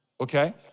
okay